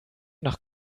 nach